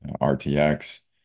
RTX